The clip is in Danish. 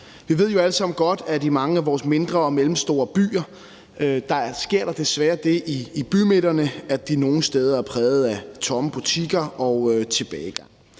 Vi ved jo alle sammen godt, at i mange af vores mindre og mellemstore byer sker der desværre det i bymidterne, at de nogle steder er præget af tomme butikker og tilbagegang.